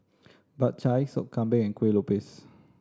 Bak Chang Sop Kambing and Kueh Lopes